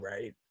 right